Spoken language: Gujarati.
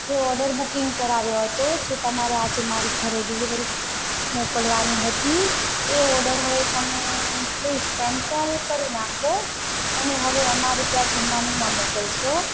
જે ઓર્ડર બુકિંગ કરાવ્યો હતો જે તમારે આજે મારી ઘરે ડિલિવરી મોકલવાની હતી એ ઓર્ડર હવે તમે પ્લિઝ કેન્સલ કરી નાખો અને હવે અમારે ત્યાં જમવાનું ના મોકલશો